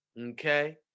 okay